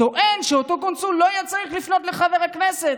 שאותו קונסול לא היה צריך לפנות לחבר הכנסת,